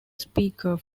speaker